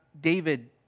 David